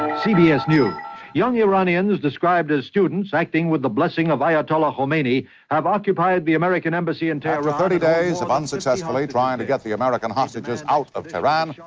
cbs news young iranians described as students acting with the blessing of ayatollah khomeini have occupied the american embassy in tehran after thirty days of unsuccessfully trying to get the american hostages out of iran,